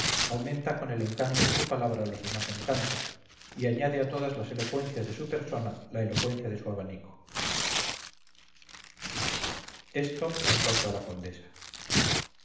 aumenta con el encanto de su palabra los demás encantos y añade a todas las elocuencias de su persona la elocuencia de su abanico esto en cuanto a la condesa